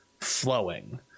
flowing